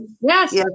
Yes